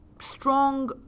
strong